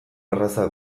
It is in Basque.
erraza